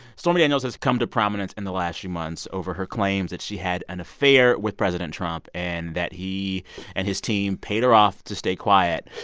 stormy daniels has come to prominence in the last few months over her claims that she had an affair with president trump and that he and his team paid her off to stay quiet.